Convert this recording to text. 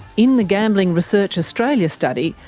in the gambling research australia study,